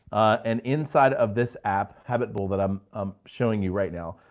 and inside of this app, habitbull, that i'm um showing you right now,